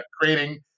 creating